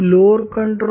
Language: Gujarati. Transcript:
L